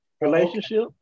relationship